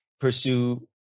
pursue